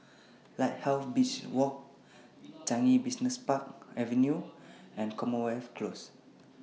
Lighthouse Beach Walk Changi Business Park Avenue and Commonwealth Close